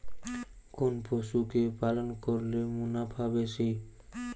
কোন পশু কে পালন করলে মুনাফা বেশি?